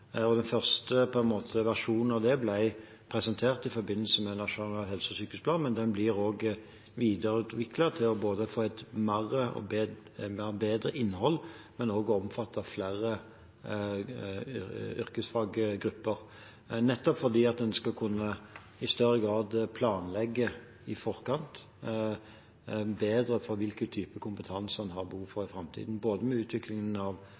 for. Den første versjonen av det ble presentert i forbindelse med Nasjonal helse- og sykehusplan. Den blir også videreutviklet for å få et bedre innhold og omfatte flere yrkesfaggrupper, nettopp fordi en i større grad ønsker å kunne planlegge bedre i forkant for hvilken type kompetanse en har behov for i framtiden – både når det gjelder utviklingen av